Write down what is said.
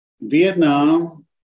Vietnam